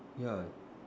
yeah